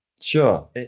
sure